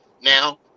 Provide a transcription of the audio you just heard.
now